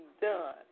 done